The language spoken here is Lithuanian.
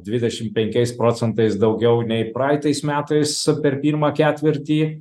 dvidešim penkiais procentais daugiau nei praeitais metais per pirmą ketvirtį